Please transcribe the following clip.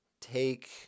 take